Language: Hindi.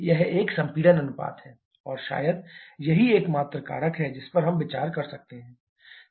यह एक संपीड़न अनुपात है और शायद यही एकमात्र कारक है जिस पर हम विचार कर सकते हैं